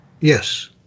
Yes